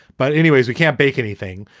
but anyways, we can't bake anything.